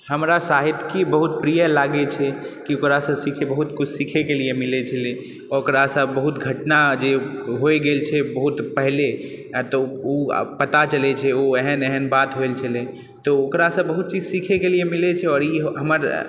हमरा सहित्यिकी बहुत प्रिय लागै छै की ओकरासँ सीखै बहुत कुछ सीखैके लिए मिलै छलै ओकरासँ बहुत घटना जे होइ गेल छै बहुत पहिले उ आब पता चलै छै उ एहन एहन बात होयल छलै तऽ ओकरासँ बहुत चीज सीखैके लिए मिलै छै आओर ई हमर